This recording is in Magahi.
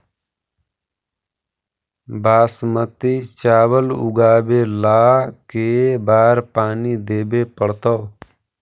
बासमती चावल उगावेला के बार पानी देवे पड़तै?